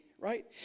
right